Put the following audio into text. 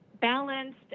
balanced